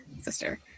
sister